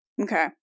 Okay